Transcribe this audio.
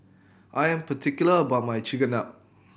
I am particular about my Chigenabe